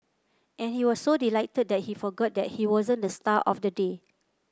and he was so delighted that he forgot that he wasn't the star of the day